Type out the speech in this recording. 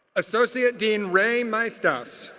associate dean rae maestas,